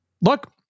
Look